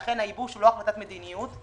לכן הייבוש זה לא החלטת מדיניות.